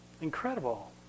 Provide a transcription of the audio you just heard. Incredible